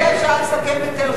את הדיון הזה אפשר לסכם בתל-חי.